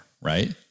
Right